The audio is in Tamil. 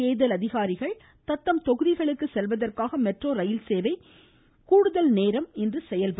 தேர்தல் அதிகாரிகள் தத்தம் தொகுதிகளுக்கு செல்வதற்காக மெட்ரோ ரயில்சேவை இன்று கூடுதல் நேரம் செயல்படும்